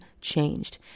changed